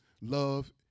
love